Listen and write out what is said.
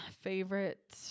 favorite